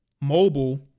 Mobile